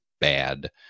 bad